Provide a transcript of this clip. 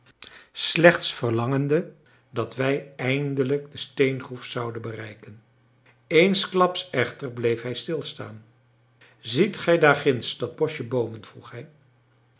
slechts verlangende dat wij eindelijk de steengroef zouden bereiken eensklaps echter bleef hij stilstaan ziet gij daar ginds dat boschje boomen vroeg